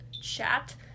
chat